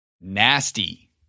Nasty